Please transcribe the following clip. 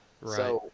Right